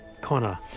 Connor